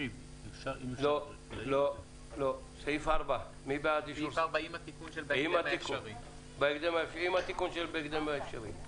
הצבעה על סעיף 4 עם התיקון של "בהקדם האפשרי".